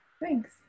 thanks